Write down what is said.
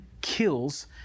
kills